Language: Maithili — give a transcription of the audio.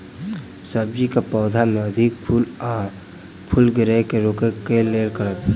सब्जी कऽ पौधा मे अधिक फूल आ फूल गिरय केँ रोकय कऽ लेल की करब?